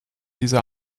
diese